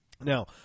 now